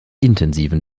intensiven